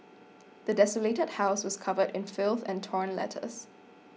the desolated house was covered in filth and torn letters